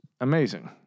Amazing